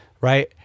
right